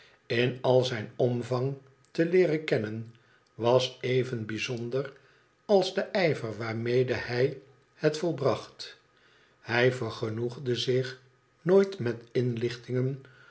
in al zijn omvang te leeren kennen was even bijzonder als de ijver waarmede hij het volbracht hij vergenoegde zich nooit met inlichtingen